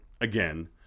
again